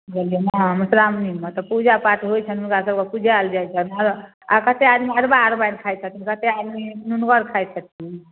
बुझलिए ने मौसरामनीमे तऽ पूजा पाठ होइ छनि हुनकासबके पुजाएल जाइ छनि ने आओर कतेक आदमी अरवा अरवाइन खाइ छथिन कतेक आदमी नोनगर खाइ छथिन